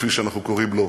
כפי שאנחנו קוראים לו,